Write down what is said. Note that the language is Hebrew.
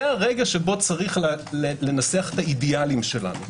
זה הרגע שסבו צריך לנסח את האידיאלים שלנו.